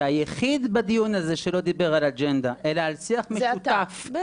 שהיחיד בדיון הזה שלא דיבר על אג'נדה אלא על שיח משותף --- זה אתה,